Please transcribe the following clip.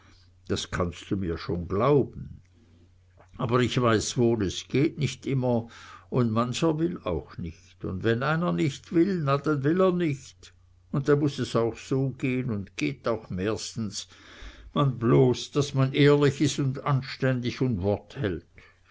das kannst du mir schon glauben aber ich weiß woll es geht nich immer und mancher will auch nich und wenn einer nich will na denn will er nich un denn muß es auch so gehn und geht auch mehrstens man bloß daß man ehrlich is un anständig und wort hält